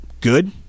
good